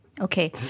Okay